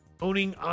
Owning